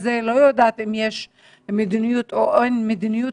זה אני לא יודעת אם יש מדיניות או אין מדיניות